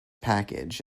package